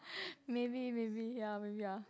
maybe maybe ya maybe ya